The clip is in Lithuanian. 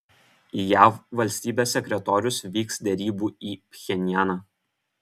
jav valstybės sekretorius vyks derybų į pchenjaną